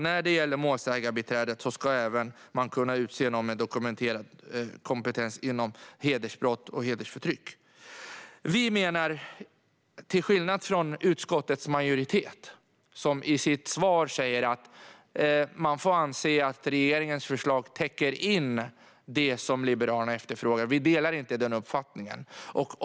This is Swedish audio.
När det gäller målsägandebiträdet ska man även kunna utse någon med dokumenterad kompetens inom hedersbrott och hedersrelaterat förtryck. Utskottets majoritet säger i sitt svar att man får anse att regeringens förslag täcker in det som Liberalerna efterfrågar. Vi delar inte den uppfattningen.